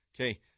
okay